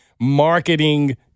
marketing